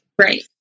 Right